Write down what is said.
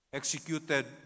executed